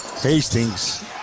Hastings